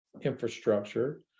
infrastructure